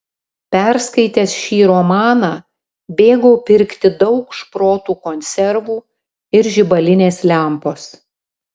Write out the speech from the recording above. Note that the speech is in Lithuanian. perskaitęs šį romaną bėgau pirkti daug šprotų konservų ir žibalinės lempos